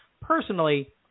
personally